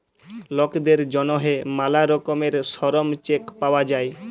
লকদের জ্যনহে ম্যালা রকমের শরম চেক পাউয়া যায়